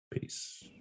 Peace